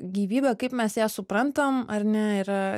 gyvybė kaip mes ją suprantam ar ne yra